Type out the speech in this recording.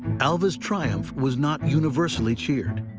alva's triumph was not universally cheered,